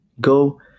Go